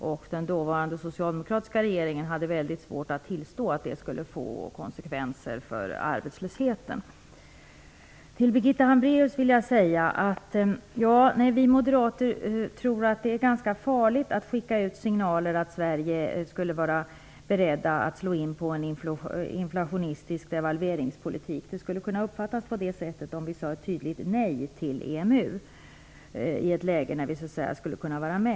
Den dåvarande socialdemokratiska regeringen hade mycket svårt att tillstå att det skulle få konsekvenser för arbetslösheten. Till Birgitta Hambraeus vill jag säga att vi moderater tror att det är ganska farligt att sända ut signaler om att man i Sverige skulle vara beredd att slå in på en väg som leder till en inflationistisk devalveringspolitik. Det skulle nämligen kunna uppfattas på det sättet, om vi sade ett tydligt nej till EMU i ett läge där vi skulle kunna vara med.